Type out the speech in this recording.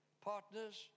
partners